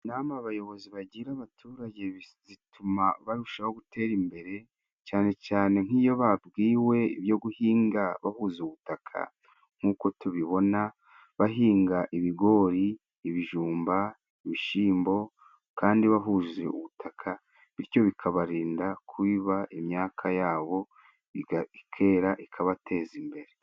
Inama abayobozi bagira abaturage, zituma barushaho gutera imbere cyane cyane nk'iyo babwiwe ibyo guhinga bahuza ubutaka. Nk'uko tubibona, bahinga: ibigori, ibijumba, ibishimbo, kandi bahuje ubutaka, bityo bikabarinda kwiba imyaka yabo, ikera, ikabateza imbere.